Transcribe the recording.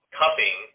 cupping